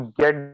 get